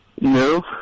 No